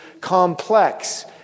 complex